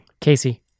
casey